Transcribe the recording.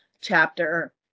chapter